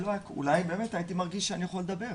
אולי באמת הייתי מרגיש שאני יכול לדבר.